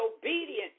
obedient